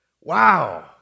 Wow